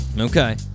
Okay